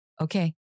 okay